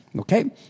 okay